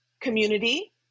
community